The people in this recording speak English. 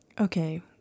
okay